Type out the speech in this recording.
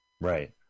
Right